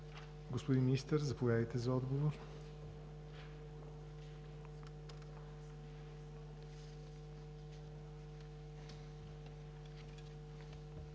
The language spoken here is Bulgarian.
Господин Министър, заповядайте за отговор.